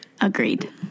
agreed